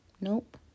Nope